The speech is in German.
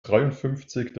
dreiundfünfzig